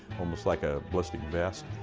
almost like a ballistic vest.